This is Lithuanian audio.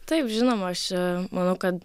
taip žinoma aš manau kad